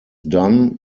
done